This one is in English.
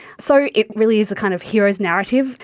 so it really is a kind of hero's narrative.